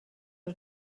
are